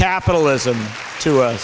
capitalism to us